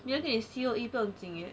没有给 C_O_E 不用紧 eh